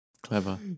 Clever